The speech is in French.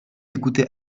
écoutait